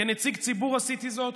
כנציג ציבור עשיתי זאת,